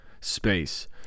space